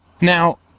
Now